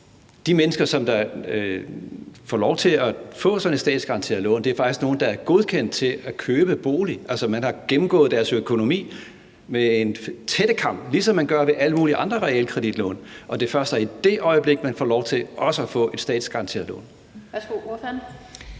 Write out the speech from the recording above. de mennesker, som får lov til at få sådan et statsgaranteret lån, faktisk er nogle, der er blevet godkendt til at købe bolig? Altså, man har gennemgået deres økonomi med en tættekam, ligesom man gør ved alle mulige andre realkreditlån, og det er først i det øjeblik, man får lov til at få et statsgaranteret lån.